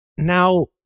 Now